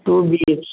to BH